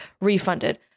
refunded